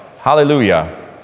Hallelujah